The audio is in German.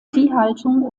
viehhaltung